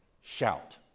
shout